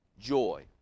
joy